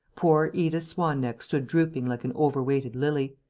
poor edith swan-neck stood drooping like an overweighted lily.